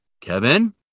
Kevin